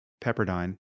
Pepperdine